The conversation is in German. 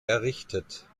errichtet